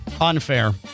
Unfair